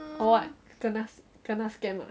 or what kena kena scam ah